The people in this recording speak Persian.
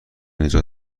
نجات